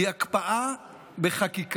הוא הקפאה בחקיקה.